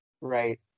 Right